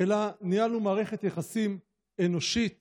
אלא ניהלנו מערכת יחסים אנושית